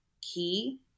key